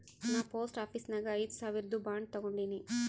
ನಾ post office ನಾಗ್ ಐಯ್ದ ಸಾವಿರ್ದು ಬಾಂಡ್ ತಗೊಂಡಿನಿ